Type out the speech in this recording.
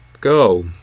go